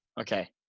okay